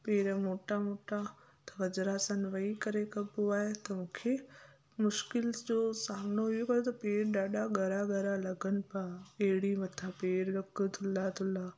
पेर मोटा मोटा त वज्रासन वेही करे कबो आहे त मूंखे मुशिकिल्स जो सामिनो इहो क्यो त पेर ॾाढा ॻरा ॻरा लॻनि पिया अहिड़ी मथां पेर रख थुल्हा थुल्हा